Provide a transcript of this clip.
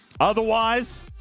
Otherwise